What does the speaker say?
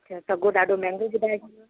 अच्छा सॻो ॾाढो महांगो थो पिए